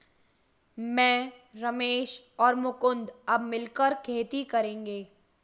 मैं, रमेश और मुकुंद अब मिलकर खेती करेंगे